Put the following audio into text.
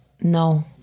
No